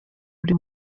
buri